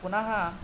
पुनः